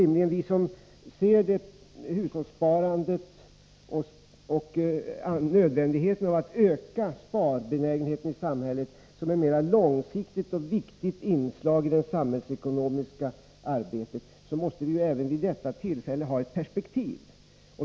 Men vi som ser hushållssparandet och nödvändigheten av att öka sparbenägenheten i samhället som ett mer långsiktigt och viktigt inslag i det samhällsekonomiska arbetet måste även vid detta tillfälle ha ett perspektiv.